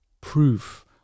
proof